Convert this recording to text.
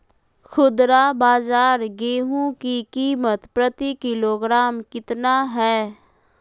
खुदरा बाजार गेंहू की कीमत प्रति किलोग्राम कितना है?